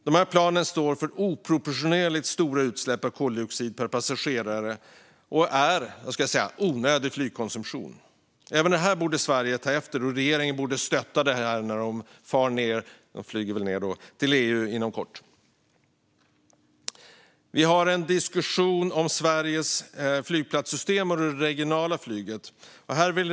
Dessa plan står för oproportionerligt stora utsläpp av koldioxid per passagerare och är onödig flygkonsumtion. Även här borde Sverige ta efter, och regeringen borde stötta detta initiativ i EU när de inom kort flyger ned till mötet. Det pågår en diskussion om Sveriges flygplatssystem och det regionala flyget.